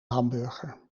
hamburger